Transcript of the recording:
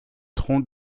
tronc